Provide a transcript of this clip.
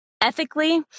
ethically